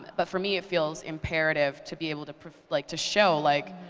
but for me, it feels imperative to be able to like to show like,